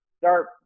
start